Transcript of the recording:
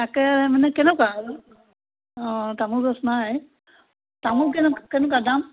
তাকে মানে কেনেকুৱা অঁ তামোল গছ নাই তামোল কেনেকুৱা কেনেকুৱা দাম